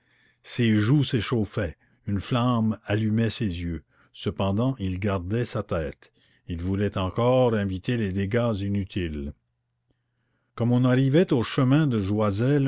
ses joues s'échauffaient une flamme allumait ses yeux cependant il gardait sa tête il voulait encore éviter les dégâts inutiles comme on arrivait au chemin de